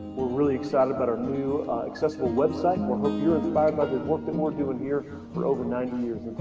we're really excited about our new accessible website or hope you're inspired by they looked at more doing here for over nine nine years